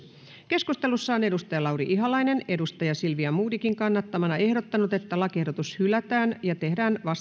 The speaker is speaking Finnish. keskustelussa on lauri ihalainen silvia modigin kannattamana ehdottanut että lakiehdotus hylätään ja